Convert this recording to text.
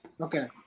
okay